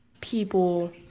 people